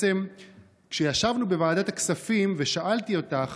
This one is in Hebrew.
כשישבנו בוועדת הכספים ושאלתי אותך